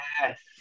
Yes